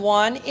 one